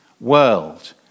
world